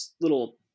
little